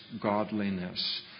godliness